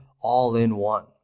all-in-one